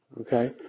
Okay